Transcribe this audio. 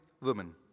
woman